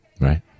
Right